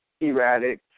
erratic